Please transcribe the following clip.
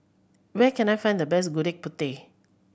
where can I find the best Gudeg Putih